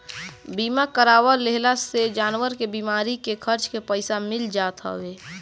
बीमा करवा लेहला से जानवर के बीमारी के खर्चा के पईसा मिल जात हवे